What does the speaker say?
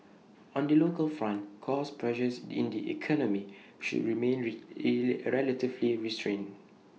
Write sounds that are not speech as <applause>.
on the local front cost pressures in the economy should remain <unintelligible> relatively restrained